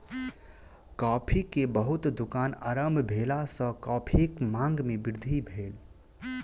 coffee के बहुत दुकान आरम्भ भेला सॅ कॉफ़ीक मांग में वृद्धि भेल